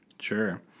Sure